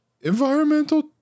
Environmental